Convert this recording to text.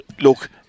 look